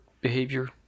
behavior